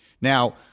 Now